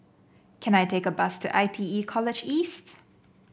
can I take a bus to I T E College East